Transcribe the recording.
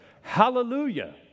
Hallelujah